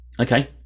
Okay